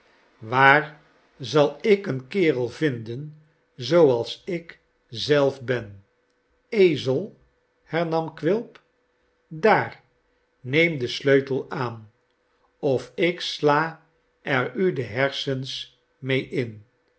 waar zal ik een kerel vinden zooals ik zelf ben ezel hernam quilp daar neem den sleutel aan of ik sla er u de hersens mee in